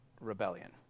rebellion